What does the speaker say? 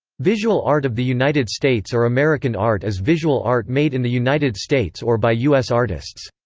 visual art of the united states or american art is visual art made in the united states or by u s. artists.